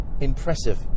impressive